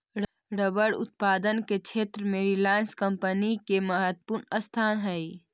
rubber उत्पादन के क्षेत्र में रिलायंस कम्पनी के महत्त्वपूर्ण स्थान हई